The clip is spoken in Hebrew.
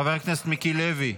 חבר הכנסת מיקי לוי,